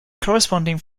corresponding